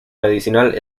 medicinal